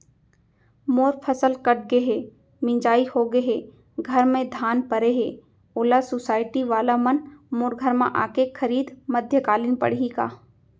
मोर फसल कट गे हे, मिंजाई हो गे हे, घर में धान परे हे, ओला सुसायटी वाला मन मोर घर म आके खरीद मध्यकालीन पड़ही का?